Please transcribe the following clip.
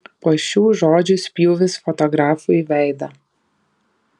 po šių žodžių spjūvis fotografui veidą